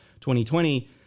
2020